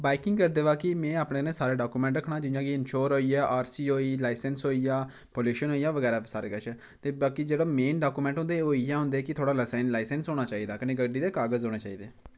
biking करदे मौकी में अपने न सारे डाकोमैंट रक्खना जियां कि इनशोर होई गेआ आर सी होई लाइसैंस होई गेआ पल्युशन होई गेआ बगैरा सारा किश ते बाकी जेह्ड़ा मेन डाकोमैंट होंदे ओह् इ'यै होंदे कि थुआढ़ा लसै लाइसैंस होना चाहिदा कन्नै गड्डी दे कागज होने चाहिदे